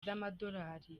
z’amadolari